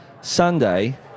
Sunday